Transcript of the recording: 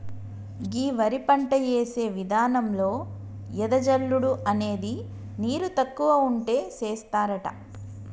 గీ వరి పంట యేసే విధానంలో ఎద జల్లుడు అనేది నీరు తక్కువ ఉంటే సేస్తారట